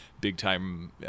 big-time